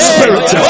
Spirit